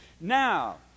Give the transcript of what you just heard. Now